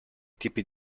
tipi